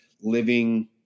living